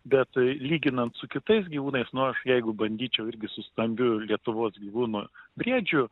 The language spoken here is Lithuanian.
bet lyginant su kitais gyvūnais nu aš jeigu bandyčiau irgi su stambiu lietuvos gyvūnu briedžiu